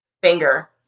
Finger